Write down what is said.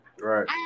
right